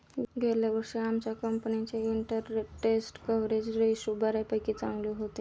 गेल्या वर्षी आमच्या कंपनीचे इंटरस्टेट कव्हरेज रेशो बऱ्यापैकी चांगले होते